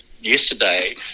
Yesterday